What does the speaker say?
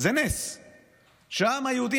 זה נס שהעם היהודי,